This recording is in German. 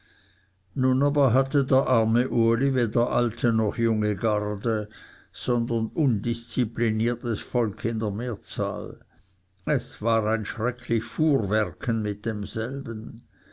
nun aber hatte der arme uli weder alte noch junge garde sondern undiszipliniertes volk in der mehrzahl das war ein schrecklich fuhrwerken mit demselben